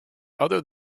other